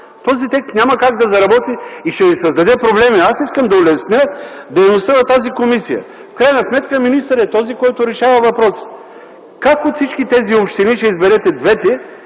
Този текст няма как да заработи и ще ви създаде проблеми. Аз искам да улесня дейността на тази комисия. В крайна сметка министърът е този, който решава въпроса. Как от всички тези общини ще изберете двете,